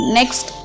Next